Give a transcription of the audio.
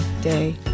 day